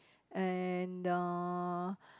and uh